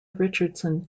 richardson